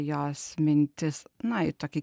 jos mintis na į tokį